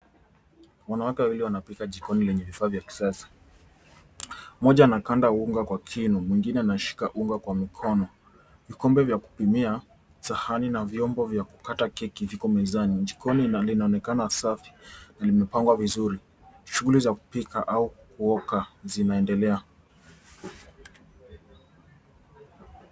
Wanawake wawili wanapika jikoni lenye vifaa vya kisasa. Mmoja anakanda unga kwa kinu mwingine anashika unga kwa mikono. Vikombe vya kupimia, sahani na vyombo vya kukata keki viko mezani. Jikoni linaonekana safi na limepangwa vizuri. Shughuli za kupika au kuoka zinaendelea.